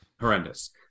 Horrendous